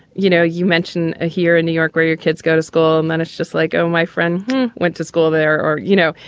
you know, you mentioned here in new york where your kids go to school and then it's just like, oh, my friend went to school there or, you know,